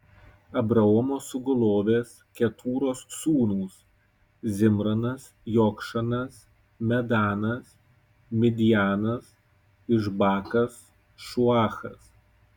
abraomo sugulovės ketūros sūnūs zimranas jokšanas medanas midjanas išbakas šuachas